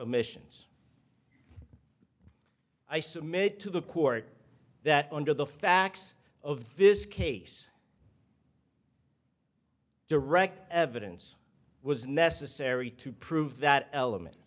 omissions i submit to the court that under the facts of this case direct evidence was necessary to prove that element